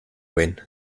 win